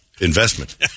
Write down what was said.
investment